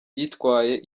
yitwaye